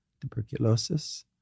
tuberculosis